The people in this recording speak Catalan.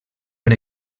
per